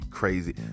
crazy